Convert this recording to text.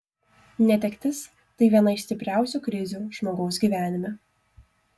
netektis tai viena iš stipriausių krizių žmogaus gyvenime